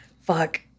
Fuck